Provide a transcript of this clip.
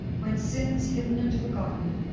when sins hidden and forgotten,